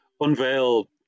unveil